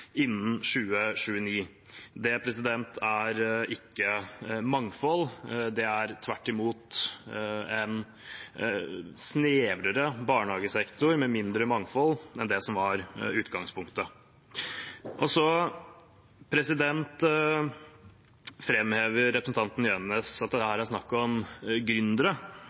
innen 2029. Det er ikke mangfold, det er tvert imot en snevrere barnehagesektor med mindre mangfold enn det som var utgangspunktet. Representanten Jønnes framhever at det her er snakk om